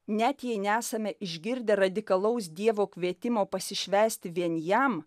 net jei nesame išgirdę radikalaus dievo kvietimo pasišvęsti vien jam